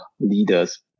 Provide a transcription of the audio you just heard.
leaders